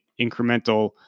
incremental